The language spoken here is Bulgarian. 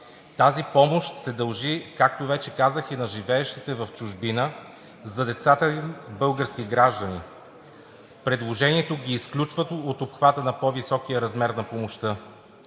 Тази помощ се дължи, както вече казах, и на живеещите в чужбина за децата им, български граждани. Предложението ги изключва от обхвата на по-високия размер на помощта.